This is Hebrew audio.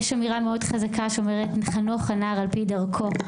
יש אמירה מאוד חזקה שאומרת: חנוך לנער על פי דרכו,